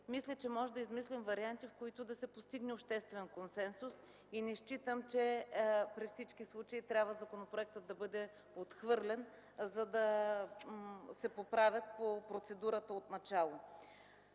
общините можем да измислим варианти, с които да постигнем обществен консенсус. Не считам, че при всички случаи трябва законопроектът да бъде отхвърлен, за да се поправи по процедурата отначало.